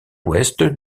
ouest